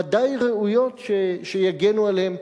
ודאי ראויות שיגנו עליהן.